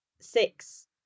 six